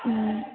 ಹ್ಞೂ